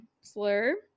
slur